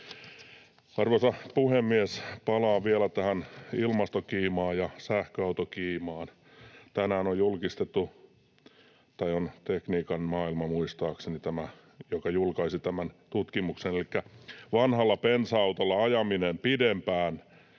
Arvoisa puhemies! Palaan vielä tähän ilmastokiimaan ja sähköautokiimaan. Tänään Tekniikan Maailma muistaakseni julkaisi tämän tutkimuksen, elikkä ”vanhalla bensa-autolla ajaminen pidempään